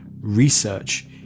research